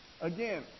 Again